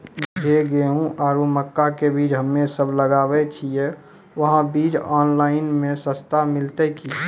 जे गेहूँ आरु मक्का के बीज हमे सब लगावे छिये वहा बीज ऑनलाइन मे सस्ता मिलते की?